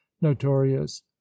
notorious